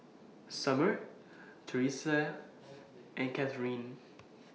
Summer Terese and Catharine